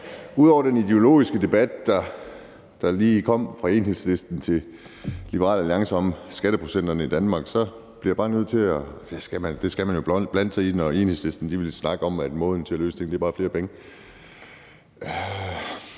Ud over den ideologiske debat, der lige var mellem Enhedslisten og Liberal Alliance om skatteprocenterne i Danmark, bliver jeg bare nødt til at blande mig – det skal man jo – når Enhedslisten vil snakke om, at måden at løse tingene på bare er at